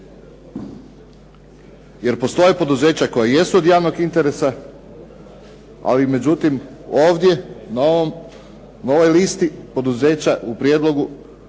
jer postoje poduzeća koja jesu od javnog interesa, ali međutim ovdje na ovoj listi poduzeća u prijedlogu